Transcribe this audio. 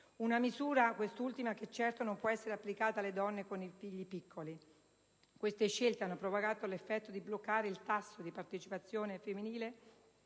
Una misura, quest'ultima, che certo non può essere applicata alle donne con figli piccoli. Queste scelte hanno provocato l'effetto di bloccare il tasso di partecipazione femminile